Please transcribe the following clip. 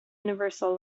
universal